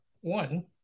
one